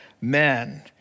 men